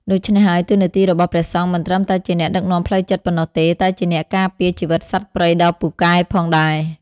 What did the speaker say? ដូច្នេះហើយ តួនាទីរបស់ព្រះសង្ឃមិនត្រឹមតែជាអ្នកដឹកនាំផ្លូវចិត្តប៉ុណ្ណោះទេ តែជាអ្នកការពារជីវិតសត្វព្រៃដ៏ពូកែផងដែរ។